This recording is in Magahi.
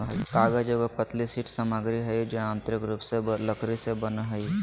कागज एगो पतली शीट सामग्री हइ जो यांत्रिक रूप से लकड़ी से बनो हइ